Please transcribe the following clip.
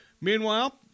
Meanwhile